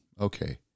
okay